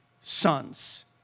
sons